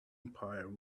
umpire